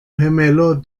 gemelo